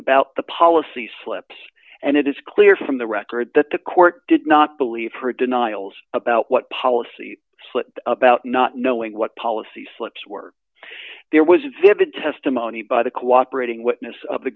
about the policy slips and it is clear from the record that the court did not believe her denials about what policy slip about not knowing what policy slips were there was vivid testimony by the cooperating witness of the